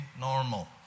normal